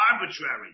arbitrary